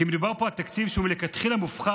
כי מדובר פה על תקציב שהוא מלכתחילה מופחת,